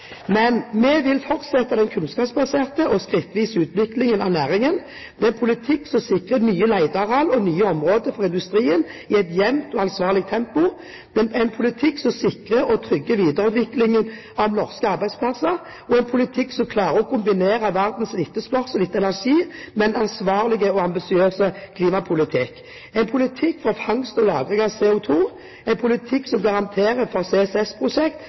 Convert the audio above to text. en politikk som sikrer nye leteareal og nye områder for industrien i et jevnt og ansvarlig tempo. Det er en politikk som sikrer og trygger videreutviklingen av norske arbeidsplasser, en politikk som klarer å kombinere verdens etterspørsel etter energi med en ansvarlig og ambisiøs klimapolitikk, en politikk for fangst og lagring av CO2, en politikk som garanterer for CCS-prosjektet ved Mongstad – som jeg for